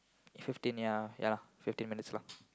fifteen ya ya lah fifteen minutes lah